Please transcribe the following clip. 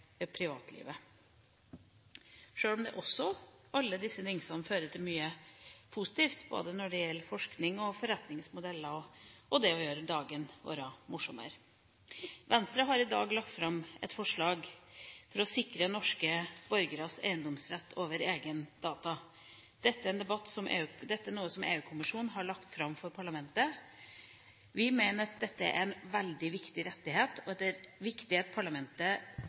privatlivet – sjøl om også alle disse dingsene fører til mye positivt når det gjelder både forskning, forretningsmodeller og det å gjøre dagen vår morsommere. Venstre har i dag lagt fram et forslag for å sikre norske borgeres eiendomsrett over egne data. Dette er noe som EU-kommisjonen har lagt fram for parlamentet. Vi mener at dette er en veldig viktig rettighet, og at det er viktig at parlamentet